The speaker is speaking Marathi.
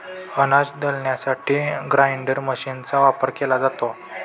अनाज दळण्यासाठी ग्राइंडर मशीनचा वापर केला जातो